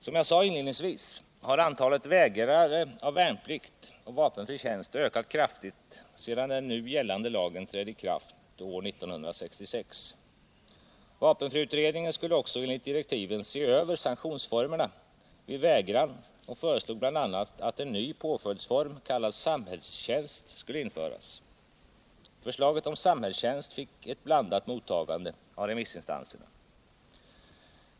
Som jag sade inledningsvis har antalet vägrare av värnplikt och vapenfri tjänst ökat kraftigt sedan den nu gällande lagen trädde i kraft år 1966. Vapenfriutredningen skulle också enligt direktiven se över sanktionsformerna vid vägran och föreslog bl.a. att en ny påföljdsform kallad samhällstjänst skulle införas. Förslaget om samhällstjänst fick ett blandat mottagande av remissinstanserna.